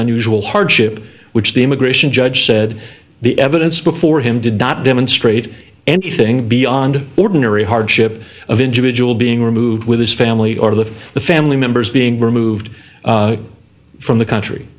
unusual hardship which the immigration judge said the evidence before him did not demonstrate anything beyond the ordinary hardship of individual being removed with his family or of the family members being removed from the country